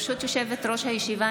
ברשות יושבת-ראש הישיבה,